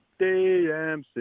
DMC